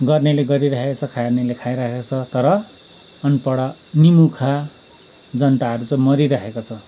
गर्नेले गरिरहेको छ खानेले खाइरहेको छ तर अनपढ निमुखा जनताहरू चाहिँ मरिराखेकाछ